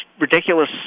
ridiculous